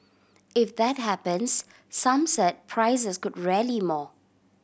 if that happens some said prices could rally more